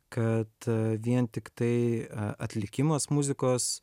kad vien tiktai a atlikimas muzikos